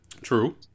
True